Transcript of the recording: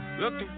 looking